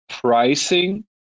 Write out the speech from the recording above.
pricing